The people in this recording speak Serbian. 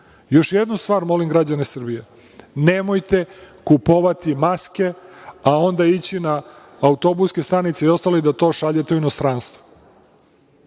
jednu stvar molim građane Srbije, nemojte kupovati maske, a onda ići na autobuske stanice i ostalo i da to šaljete u inostranstvo.